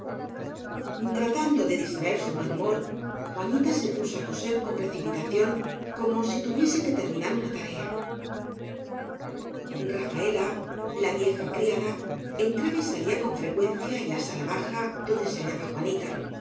golpe tratando de distraer su mal humor juanita se puso á coser con precipitación como si tuviese que terminar una tarea rafaela la vieja criada entraba y salía con fre cuencia en la sala baja donde se hallaba juanita